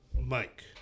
Mike